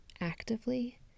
Actively